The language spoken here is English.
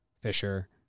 Fisher